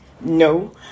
No